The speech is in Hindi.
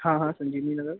हाँ हाँ संजीवनी नगर